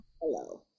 Hello